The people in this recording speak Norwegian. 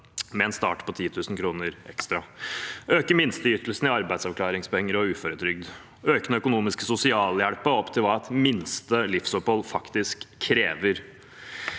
med en start på 10 000 kr ekstra, øke minsteytelsene i arbeidsavklaringspenger og uføretrygd og øke den økonomiske sosialhjelpen opp til hva et minste livsopphold faktisk krever.